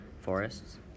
forests